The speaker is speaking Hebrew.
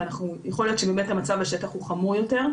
ויכול להיות שהמצב בשטח הוא חמור יותר.